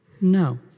No